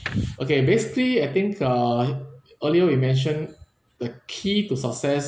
okay basically I think err earlier we mentioned the key to success